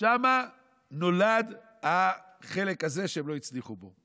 שם נולד החלק הזה שהם לא הצליחו בו.